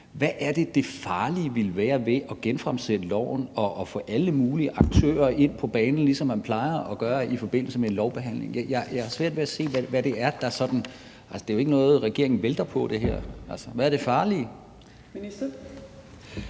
Hvad er det, det farlige ville være ved at genfremsætte lovforslaget og få alle mulige aktører ind på banen, ligesom man plejer at gøre i forbindelse med en lovbehandling? Jeg har svært ved at se, hvad det sådan er. Det her er jo ikke noget, regeringen vælter på. Altså, hvad er det farlige?